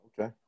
Okay